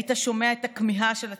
היית שומע את הכמיהה של הצעירים,